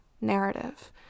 narrative